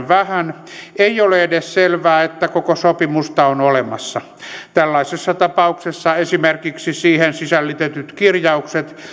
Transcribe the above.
vähän ei ole edes selvää että koko sopimusta on olemassa tällaisessa tapauksessa esimerkiksi siihen sisällytetyt kirjaukset